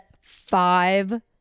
five